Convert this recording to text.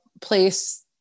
place